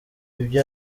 ibyo